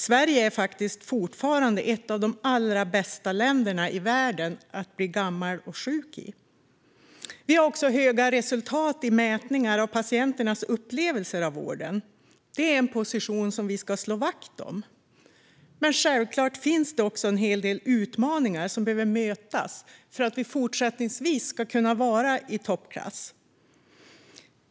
Sverige är faktiskt fortfarande ett av de allra bästa länderna i världen att bli gammal och sjuk i. Vi har också höga resultat i mätningar av patienternas upplevelser av vården. Det är en position som vi ska slå vakt om. Men självklart finns också en hel del utmaningar som behöver mötas för att vi fortsättningsvis ska vara i toppklass.